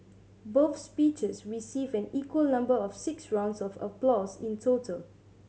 both speeches received an equal number of six rounds of applause in total